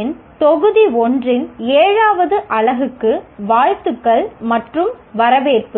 இன் தொகுதி 1 இன் 7 வது அலகுக்கு வாழ்த்துக்கள் மற்றும் வரவேற்பு